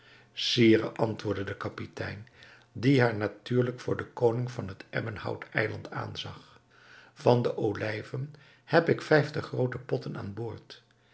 sire antwoordde de kapitein die haar natuurlijk voor den koning van het ebbenhout eiland aanzag van de olijven heb ik vijftig groote potten aan boord